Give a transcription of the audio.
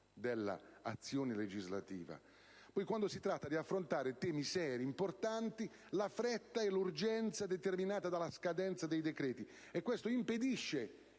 dell'azione legislativa. Quando si tratta di affrontare temi seri e importanti, lavoriamo con la fretta determinata dalla scadenza dei decreti, e questo impedisce